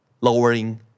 lowering